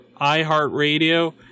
iHeartRadio